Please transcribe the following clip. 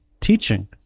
teaching